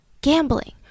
gambling